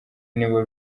nibo